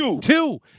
two